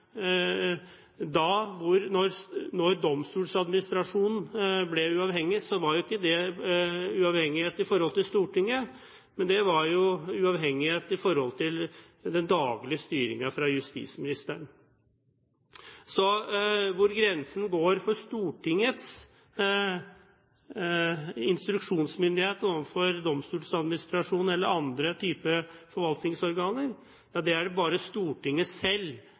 Da Domstoladministrasjonen ble uavhengig, var ikke det uavhengighet i forhold til Stortinget, men det var uavhengighet i forhold til den daglige styringen fra justisministeren. Så hvor grensen går for Stortingets instruksjonsmyndighet overfor Domstoladministrasjonen eller andre typer forvaltningsorganer, er det bare Stortinget selv